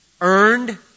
earned